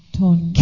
tone